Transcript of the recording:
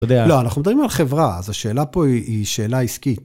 לא, אנחנו מדברים על חברה, אז השאלה פה היא שאלה עסקית.